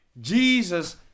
Jesus